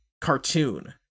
cartoon